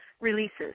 releases